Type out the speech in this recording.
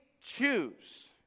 choose